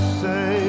say